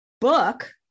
book